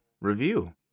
review